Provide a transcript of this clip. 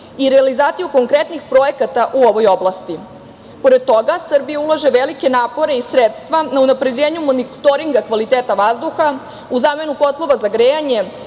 i realizaciju konkretnih projekata u ovoj oblasti. Pored toga, Srbija ulaže velike napore i sredstva na unapređenju monitoringa kvaliteta vazduha u zamenu kotlova za grejanje